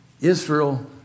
Israel